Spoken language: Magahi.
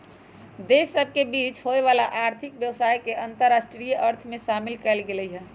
देश सभ के बीच होय वला आर्थिक व्यवसाय के अंतरराष्ट्रीय अर्थ में शामिल कएल गेल हइ